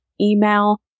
email